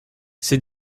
ces